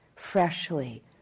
freshly